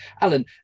Alan